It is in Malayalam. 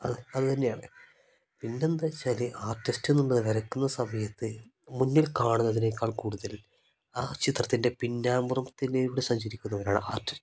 അത് അത് തന്നെയാണ് പിന്നെന്താ വെച്ചാൽ ആർട്ടിസ്റ്റ് എന്നുള്ള വരക്കുന്ന സമയത്ത് മുന്നിൽ കാണുന്നതിനേക്കാൾ കൂടുതൽ ആ ചിത്രത്തിൻ്റെ പിന്നാമ്പുറത്തിലൂടെ സഞ്ചരിക്കുന്നവരാണ് ആർട്ടിസ്റ്റ്